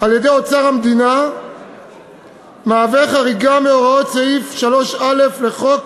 על-ידי אוצר המדינה מהווה חריגה מהוראת סעיף 3א לחוק